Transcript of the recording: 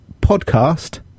podcast